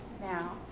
Now